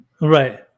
Right